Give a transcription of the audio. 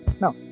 Now